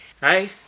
Hey